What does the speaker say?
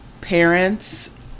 parents